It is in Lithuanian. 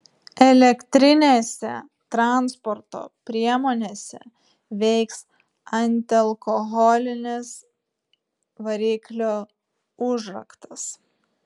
elektrinėse transporto priemonėse veiks antialkoholinis variklio užraktas